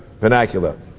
vernacular